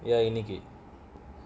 ya you need it